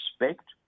respect